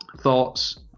thoughts